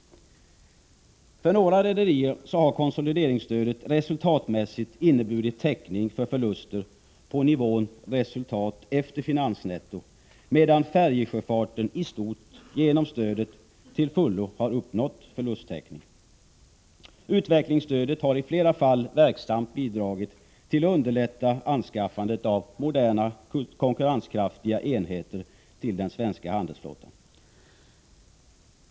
För några rederier har konsolideringsstödet resultatmässigt inneburit täckning för förluster på nivån resultat efter finansnetto, medan färjesjöfarten istort genom stödet till fullo har uppnått förlusttäckning. Utvecklingsstödet har i flera fall verksamt bidragit till att underlätta anskaffandet av moderna konkurrenskraftiga enheter till den svenska handelsflottan.